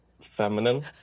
feminine